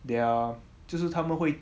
their 就是他们会